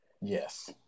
Yes